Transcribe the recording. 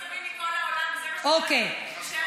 מכל העולם, וזה מה שאת